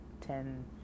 ten